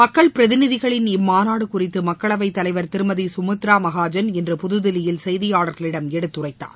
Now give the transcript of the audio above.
மக்கள் பிரிதிநிதிகளின் இம்மாநாடு குறித்து மக்களவை தலைவர் திருமதி சுமித்ரா மகாஜன் இன்ற புதுதில்லியில் செய்தியாளர்களிடம் எடுத்துரைத்தார்